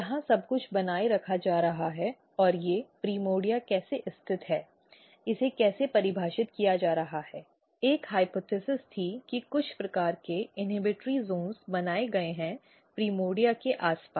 यहां सब कुछ बनाए रखा जा रहा है और ये प्राइमर्डिया कैसे स्थित हैं इसे कैसे परिभाषित किया जा रहा है एक परिकल्पना थी कि कुछ प्रकार के इन्हिबटॉरी जोन बनाए गए हैं प्राइमर्डिया के आसपास